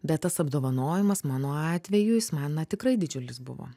bet tas apdovanojimas mano atveju jis man na tikrai didžiulis buvo